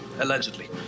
allegedly